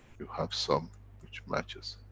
you have some which matches.